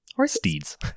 steeds